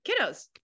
kiddos